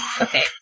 Okay